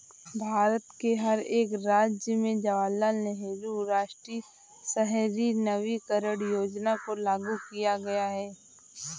भारत के हर एक राज्य में जवाहरलाल नेहरू राष्ट्रीय शहरी नवीकरण योजना को लागू किया गया है